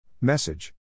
Message